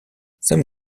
some